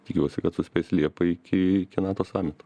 tikiuosi kad suspės liepą iki iki nato samito